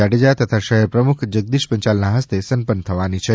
જાડેજા તથા શહેર પ્રમુખ જગદીશ પંચાલ ના હસ્તે સંપન્ન થવાની છે